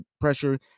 pressure